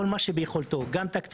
כל מה שביכולתו גם תקציבים,